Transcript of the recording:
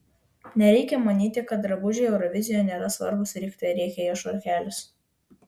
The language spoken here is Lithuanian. nereikia manyti kad drabužiai eurovizijoje nėra svarbūs rėkte rėkė jo švarkelis